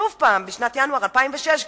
בינואר 2006,